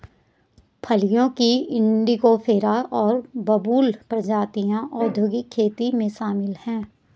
फलियों की इंडिगोफेरा और बबूल प्रजातियां औद्योगिक खेती में शामिल हैं